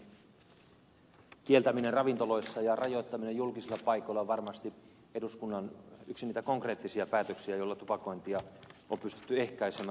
tupakoinnin kieltäminen ravintoloissa ja rajoittaminen julkisilla paikoilla on varmasti yksi niitä eduskunnan konkreettisia päätöksiä joilla tupakointia on pystytty ehkäisemään